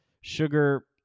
sugar